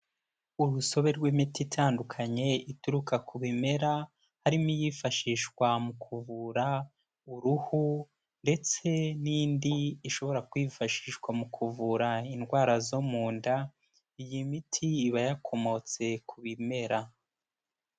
Urusobe rw'imiti itandukanye ituruka ku bimera harimo iyifashishwa mu kuvura uruhu ndetse n'indi ishobora kwifashishwa mu kuvura indwara zo mu nda. Iyi miti iba yakomotse ku bimera.